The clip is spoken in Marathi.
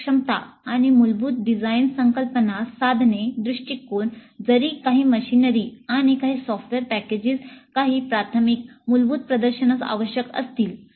आवश्यक क्षमता काही मूलभूत डिझाइन संकल्पना साधने दृष्टीकोन जरी काही मशीनरी आणि काही सॉफ्टवेअर पॅकेजेस काही प्राथमिक मूलभूत प्रदर्शनास आवश्यक असतील